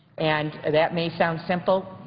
and that may sound simple.